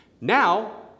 Now